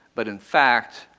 but in fact,